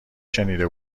شنیده